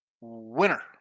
Winner